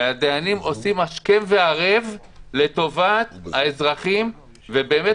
הדיינים עושים השכם והערב לטובת האזרחים ובאמת